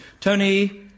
Tony